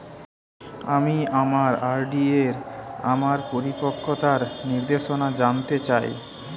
আমি আমার আর.ডি এর আমার পরিপক্কতার নির্দেশনা জানতে চাই